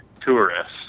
tourists